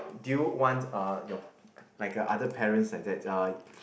do you want uh your like a other parents like that uh